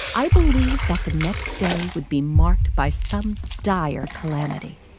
i believe that the next day would be marked by some dire calamity